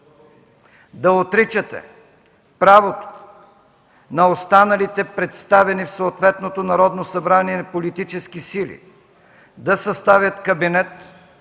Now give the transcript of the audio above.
Да отричате правото на останалите, представени в съответното Народно събрание, политически сили да съставят кабинет